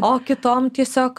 o kitom tiesiog